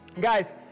Guys